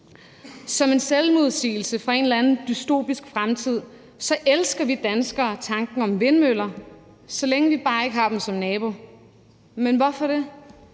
Som en selvmodsigelse fra en eller anden dystopisk fremtid elsker vi danskere tanken om vindmøller, så længe vi bare ikke har dem som nabo. Men hvorfor det?